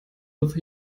with